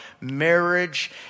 marriage